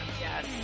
Yes